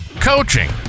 coaching